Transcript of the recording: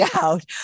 out